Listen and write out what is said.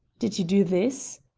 did you do this?